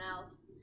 else